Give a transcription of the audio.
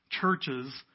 churches